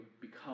become